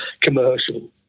commercial